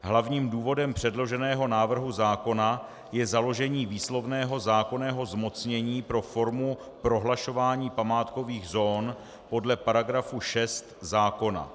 Hlavním důvodem předloženého návrhu zákona je založení výslovného zákonného zmocnění pro formu prohlašování památkových zón podle § 6 zákona.